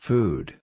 Food